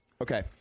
Okay